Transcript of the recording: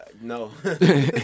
No